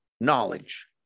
knowledge